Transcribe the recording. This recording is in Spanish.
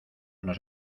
nos